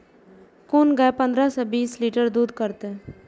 कोन गाय पंद्रह से बीस लीटर दूध करते?